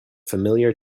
familiar